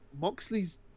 Moxley's